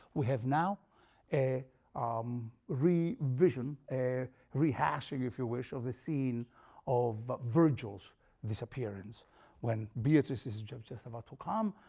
we have now a um revision, a rehashing, if you wish, of the scene of virgil's disappearance when beatrice is just about to come.